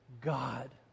God